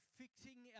fixing